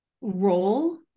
role